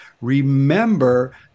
Remember